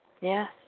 Yes